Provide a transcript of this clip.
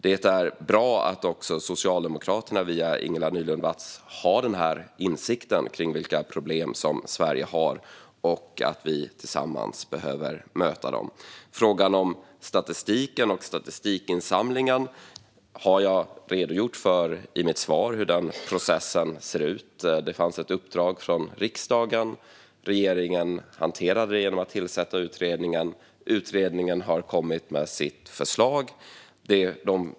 Det är bra att också Socialdemokraterna, via Ingela Nylund Watz, har insikt om vilka problem Sverige har och att vi behöver möta dem tillsammans. Frågan om statistiken och statistikinsamlingen och hur den processen ser ut har jag redogjort för i mitt svar. Det fanns ett uppdrag från riksdagen. Regeringen hanterade det genom att tillsätta utredningen. Utredningen har kommit med sitt förslag.